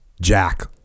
Jack